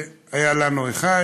זה היה לנו אחד,